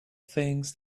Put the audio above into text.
things